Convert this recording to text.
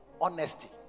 honesty